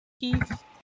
Keith